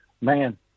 man